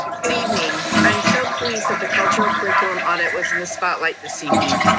good evening. i'm so pleased that the cultural curriculum audit was in the spotlight this evening.